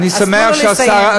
אז תנו לו לסיים.